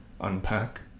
unpack